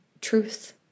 truth